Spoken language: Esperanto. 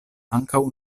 ankaŭ